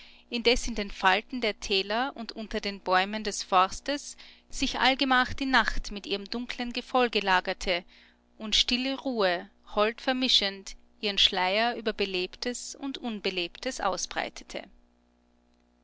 indes in den falten der täler und unter den bäumen des forstes sich allgemach die nacht mit ihrem dunkeln gefolge lagerte und stille ruhe hold vermischend ihren schleier über belebtes und unbelebtes ausbreitete